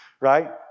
right